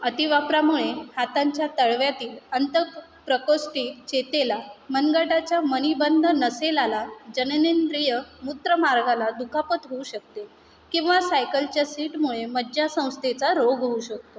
अतिवापरामुळे हातांच्या तळव्यातील अंतप्रकोष्टी चेतेला मनगटाच्या मणिबंध नसेला जननेंद्रिय मूत्रमार्गाला दुखापत होऊ शकते किंवा सायकलच्या सीटमुळे मज्जासंस्थेचा रोग होऊ शकतो